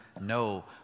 no